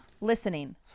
Listening